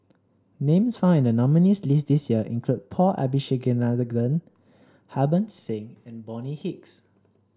names found in the nominees' list this year include Paul Abisheganaden Harbans Singh and Bonny Hicks